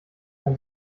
dann